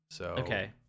Okay